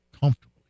comfortably